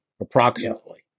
approximately